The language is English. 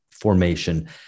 formation